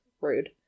Rude